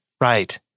right